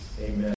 Amen